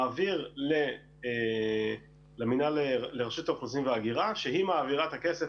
מעביר לרשות האוכלוסין וההגירה שהיא מעבירה את הכסף